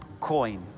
coin